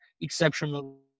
exceptional